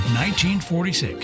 1946